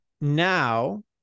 now